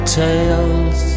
tales